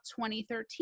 2013